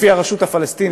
לפי הרשות הפלסטינית?